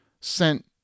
sent